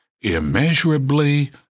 immeasurably